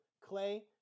Clay